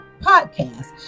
podcast